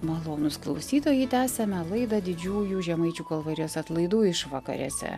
malonūs klausytojai tęsiame laidą didžiųjų žemaičių kalvarijos atlaidų išvakarėse